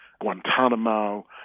Guantanamo